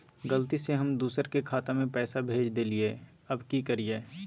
गलती से हम दुसर के खाता में पैसा भेज देलियेई, अब की करियई?